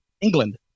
England